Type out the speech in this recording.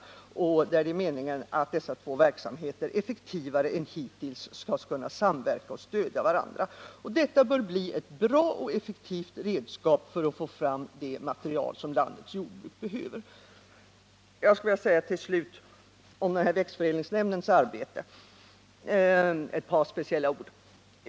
Där är meningen att dessa två verksamheter effektivare än hittills skall kunna samverka och stödja varandra. Det bör bli ett bra och effektivt redskap för att få fram det material som landets jordbrukare behöver. Till slut skulle jag vilja säga något om växtförädlingsnämndens arbete.